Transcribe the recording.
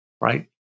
right